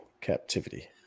captivity